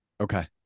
Okay